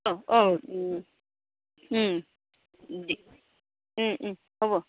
অঁ হ'ব